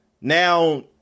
now